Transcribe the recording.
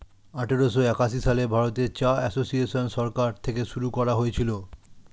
আঠারোশো একাশি সালে ভারতে চা এসোসিয়েসন সরকার থেকে শুরু করা হয়েছিল